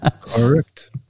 Correct